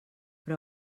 però